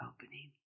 opening